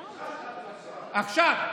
עכשיו,